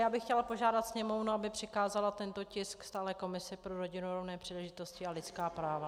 Já bych chtěla požádat Sněmovnu, aby přikázala tento tisk stálé komisi pro rodinu, rovné příležitosti a lidská práva.